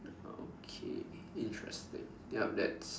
okay interesting yup that's